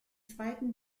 zweiten